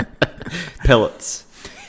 Pellets